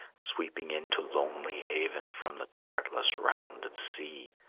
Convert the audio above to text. sweeping in to lonely haven from the chartless round of sea!